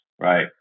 right